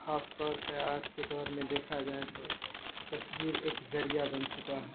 خاص طور پہ آج کے دور میں دیکھا جائے تو تصویر ایک ذریعہ بن چکا ہے